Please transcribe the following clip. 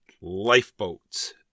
Lifeboats